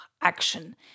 action